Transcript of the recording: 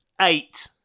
Eight